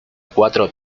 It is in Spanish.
cuatro